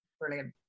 Brilliant